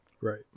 right